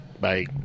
Bye